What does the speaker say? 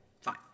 fine